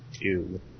Two